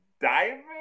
diving